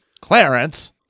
clarence